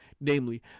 namely